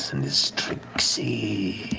and his tricksy